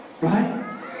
Right